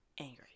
angry